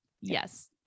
yes